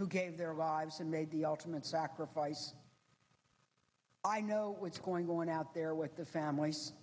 who gave their lives and made the ultimate sacrifice i know what's going on there with the families